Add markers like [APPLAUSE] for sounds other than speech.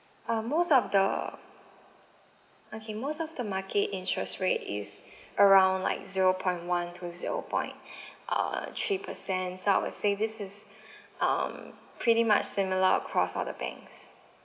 ah most of the okay most of the market interest rate is [BREATH] around like zero point one to zero point [BREATH] uh three percent so I would say this is [BREATH] um pretty much similar across all the banks